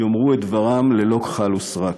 יאמרו את דברם ללא כחל ושרק.